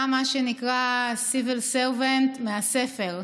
אתה, מה שנקרא, civil servant מהספר.